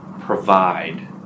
provide